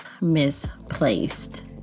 misplaced